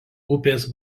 upės